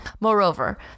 Moreover